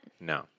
No